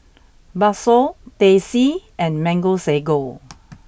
Bakso Teh C and Mango Sago